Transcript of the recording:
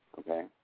okay